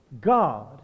God